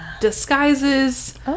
Disguises